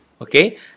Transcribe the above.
Okay